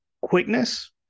quickness